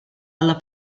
alla